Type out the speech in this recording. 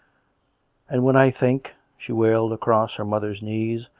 and when i think, she wailed across her mother's knees,